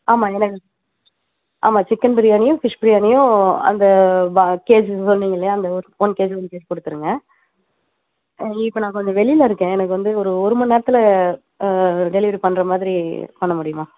ஆமாம் எனக்கு ஆமாம் சிக்கன் பிரியாணியும் ஃபிஷ் பிரியாணியும் அந்த பா கேஜி சொன்னீங்கில்லையா அந்த ஒரு ஒன் கேஜி ஒன் கேஜி கொடுத்துருங்க இப்போ நான் கொஞ்சம் நான் வெளியில் இருக்கேன் எனக்கு வந்து ஒரு ஒரு மணி நேரத்தில் டெலிவரி பண்ணுற மாதிரி பண்ண முடியுமா